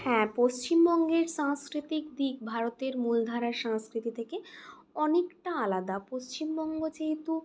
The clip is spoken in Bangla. হ্যাঁ পশ্চিমবঙ্গের সাংস্কৃতিক দিক ভারতের মূলধারার সংস্কৃতি থেকে অনেকটা আলাদা পশ্চিমবঙ্গ যেহেতু